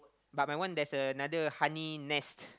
but my one there's another honey nest